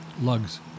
lugs